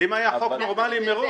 ואם היה חוק נורמלי מראש,